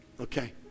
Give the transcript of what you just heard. Okay